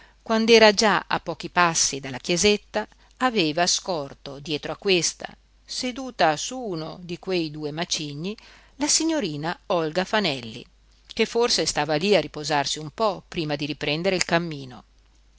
d'erba quand'era già a pochi passi dalla chiesetta aveva scorto dietro a questa seduta su uno di quei due macigni la signorina olga fanelli che forse stava lí a riposarsi un po prima di riprendere il cammino